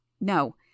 No